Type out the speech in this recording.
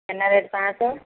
final rate ପାଞ୍ଚଶହ